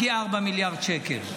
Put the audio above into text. הגיעו 4 מיליארד שקל.